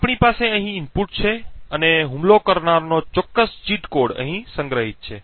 અમારી પાસે અહીં ઇનપુટ છે અને હુમલો કરનારનો ચોક્કસ ચીટ કોડ અહીં સંગ્રહિત છે